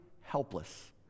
helpless